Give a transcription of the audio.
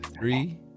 three